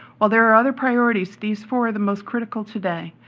while there are other priorities, these four are the most critical today,